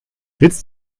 willst